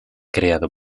creado